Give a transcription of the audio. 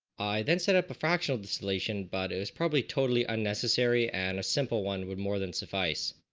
i then set up a fractional distillation but it is probably totally unnecessary and a simple one will more than suffice.